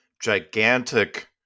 gigantic